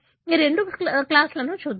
ఈ రెండు క్లాస్ లను చూద్దాం